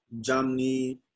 Germany